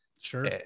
sure